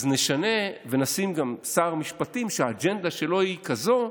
אז נשנה ונשים גם שר משפטים שהאג'נדה שלו היא כזאת,